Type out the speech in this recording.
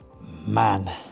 man